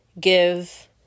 give